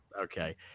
Okay